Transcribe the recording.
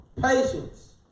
Patience